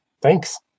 Thanks